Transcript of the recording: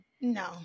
No